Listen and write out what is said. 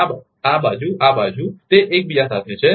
આ આ બાજુ આ બાજુ તે એકબીજા સાથે છે